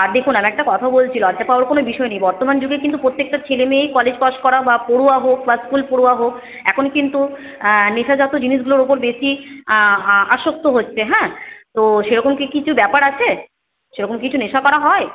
আর দেখুন আর একটা কথা বলছি লজ্জা পাওয়ার কোনো বিষয় নেই বর্তমান যুগে কিন্তু প্রত্যেকটা ছেলেমেয়েই কলেজ পাশ করা বা পড়ুয়া হোক বা স্কুল পড়ুয়া হোক এখন কিন্তু নেশাজাত জিনিসগুলোর উপর বেশি আসক্ত হচ্ছে হ্যাঁ তো সেরকম কি কিছু ব্যাপার আছে সেরকম কিছু নেশা করা হয়